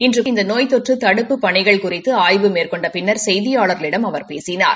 இன்று கோவையில் இந்த நோய் தொற்று தடுப்புப் பணிகள் குறித்து ஆய்வு மேற்கொண்ட பின்னா செய்தியாளர்களிடம் அவர் பேசினார்